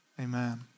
Amen